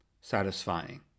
satisfying